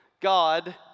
God